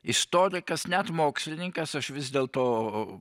istorikas net mokslininkas aš vis dėlto